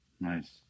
Nice